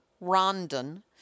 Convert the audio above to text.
Rondon